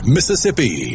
Mississippi